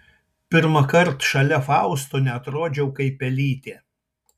pirmąkart šalia fausto neatrodžiau kaip pelytė